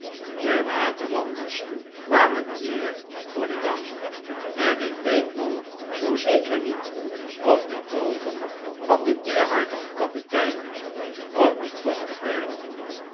de waterlanders kwamen weer voor den dag en ik weet nog zoo zeker niet of de oogen van den teerhartigen kapitein ook niet vochtig werden